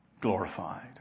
Glorified